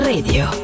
Radio